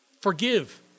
forgive